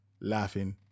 laughing